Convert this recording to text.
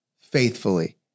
faithfully